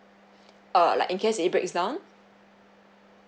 err like in case it breaks down